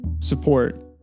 support